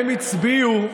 הם הצביעו,